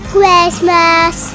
Christmas